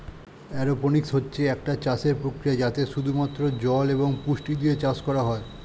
aeroponics হচ্ছে একটা চাষের প্রক্রিয়া যাতে শুধু মাত্র জল এবং পুষ্টি দিয়ে চাষ করা হয়